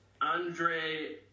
Andre